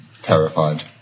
Terrified